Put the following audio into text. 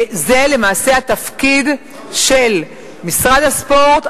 זה למעשה התפקיד של משרד הספורט,